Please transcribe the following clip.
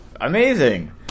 amazing